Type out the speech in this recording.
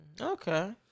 Okay